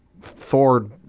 Thor